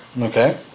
Okay